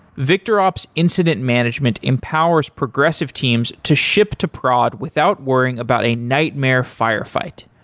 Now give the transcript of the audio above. victorops incident management empowers progressive teams to ship to prod without worrying about a nightmare firefight.